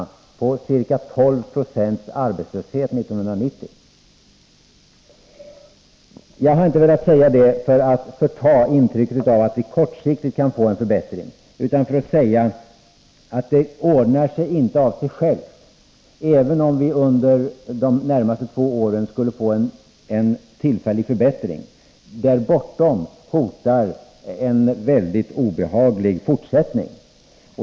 — på ca 12 90 arbetslöshet 1990. Jag har inte velat säga detta för att förta intrycket av att vi kortsiktigt kan få en förbättring utan för att säga att det inte ordnar sig av sig självt, även om vi under de närmaste två åren skulle få en tillfällig förbättring. Där bortom hotar en väldigt obehaglig fortsättning.